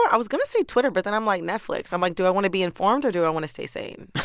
i was going to say twitter, but then i'm like, netflix. i'm like, do i want to be informed, or do i want to stay sane?